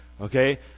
Okay